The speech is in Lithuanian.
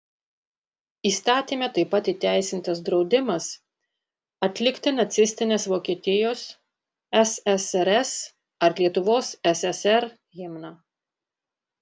įstatyme taip pat įteisintas draudimas atlikti nacistinės vokietijos ssrs ar lietuvos ssr himną